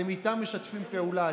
אתם איתם משתפים פעולה.